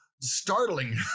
startling